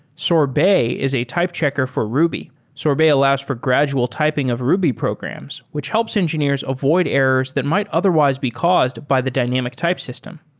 sorbet is a type checker for ruby. sorbet allows for gradual typing of ruby programs which helps engineers avoid errors that might otherwise be caused by the dynamic type system.